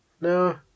No